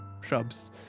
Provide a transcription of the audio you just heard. shrubs